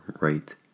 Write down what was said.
right